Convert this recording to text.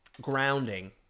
grounding